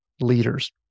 leaders